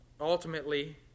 ultimately